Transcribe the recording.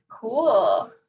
Cool